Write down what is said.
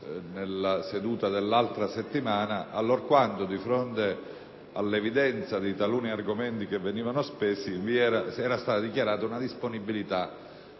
nella seduta dell'altra settimana, allorquando, di fronte all'evidenza di taluni argomenti che venivano espressi, era stata dichiarata una disponibilità,